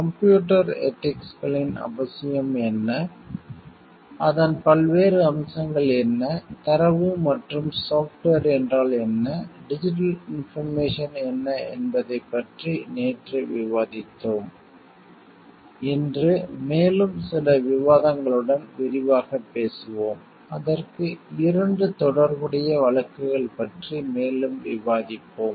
computer எதிக்ஸ்களின் அவசியம் என்ன அதன் பல்வேறு அம்சங்கள் என்ன தரவு மற்றும் சாஃப்ட்வேர் என்றால் என்ன டிஜிட்டல் இன்போர்மேசன் என்ன என்பதைப் பற்றி நேற்று விவாதித்தோம் இன்று மேலும் சில விவாதங்களுடன் விரிவாகப் பேசுவோம் அதற்கு இரண்டு தொடர்புடைய வழக்குகள் பற்றி மேலும் விவாதிப்போம்